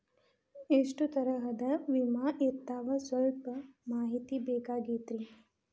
ಎಷ್ಟ ತರಹದ ವಿಮಾ ಇರ್ತಾವ ಸಲ್ಪ ಮಾಹಿತಿ ಬೇಕಾಗಿತ್ರಿ